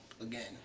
Again